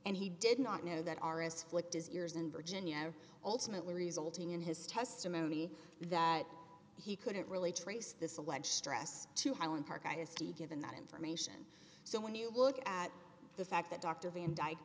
and he did not know that are as flicked as yours and virginia ultimately resulting in his testimony that he couldn't really trace this alleged stress to highland park ice t given that information so when you look at the fact that dr van dyke